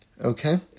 okay